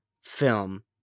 film